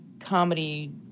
comedy